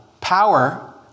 Power